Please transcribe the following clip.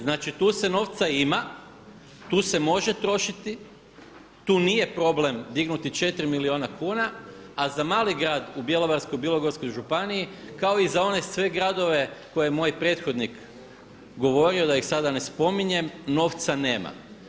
Znači, tu se novca ima, tu se može trošiti, tu nije problem dignuti 4 milijuna kuna, a za mali grad u Bjelovarsko-bilogorskoj županiji kao i za one sve gradove koje moj prethodnik govorio, da ih sada ne spominjem, novca nema.